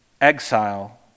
exile